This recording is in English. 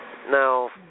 Now